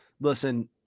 listen